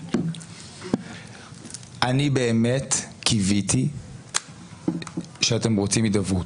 אני באמת קיוויתי שאתם רוצים הידברות.